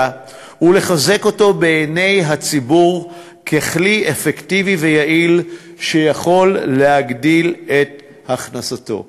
ולחזק אותו בעיני הציבור ככלי אפקטיבי ויעיל שיכול להגדיל את הכנסתו.